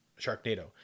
Sharknado